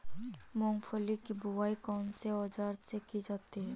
मूंगफली की बुआई कौनसे औज़ार से की जाती है?